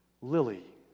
lily